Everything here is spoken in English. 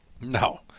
No